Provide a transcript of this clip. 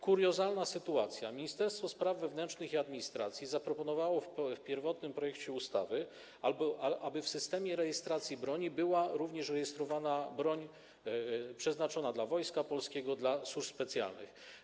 Kuriozalna sytuacja - Ministerstwo Spraw Wewnętrznych i Administracji zaproponowało w pierwotnym projekcie ustawy, aby w Systemie Rejestracji Broni była również rejestrowana broń przeznaczona dla Wojska Polskiego, dla służb specjalnych.